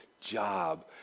job